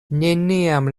neniam